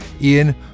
Ian